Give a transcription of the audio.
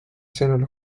sõnul